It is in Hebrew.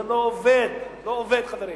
זה לא עובד, לא עובד, חברים.